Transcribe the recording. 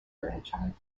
grandchild